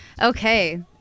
okay